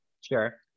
Sure